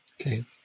Okay